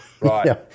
Right